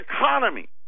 economy